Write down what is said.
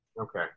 Okay